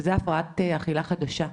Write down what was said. זו הפרעת אכילה חדשה,